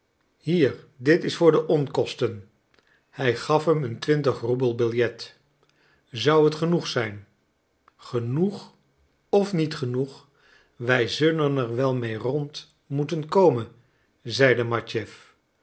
hier dit is voor de onkosten hij gaf hem een twintig roebel billet zou het genoeg zijn genoeg of niet genoeg wij zullen er wel mede rond moeten komen zeide matjeff